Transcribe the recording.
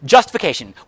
Justification